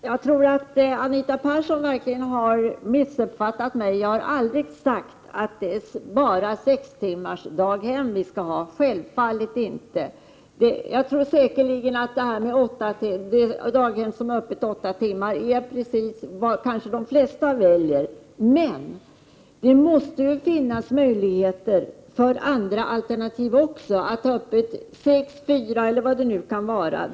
Herr talman! Jag tror att Anita Persson verkligen har missuppfattat mig. Jag har aldrig sagt att det är bara sextimmarsdaghem vi skall ha, självfallet inte. Daghem som har öppet åtta timmar är säkerligen vad de flesta väljer. Men det måste väl finnas möjligheter för andra alternativ också, att ha öppet sex eller fyra timmar eller vad det kan vara.